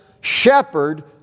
shepherd